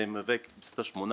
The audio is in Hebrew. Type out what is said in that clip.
זה כ-18%,